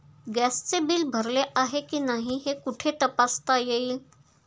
गॅसचे बिल भरले आहे की नाही हे कुठे तपासता येईल?